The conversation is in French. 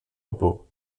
repos